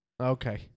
Okay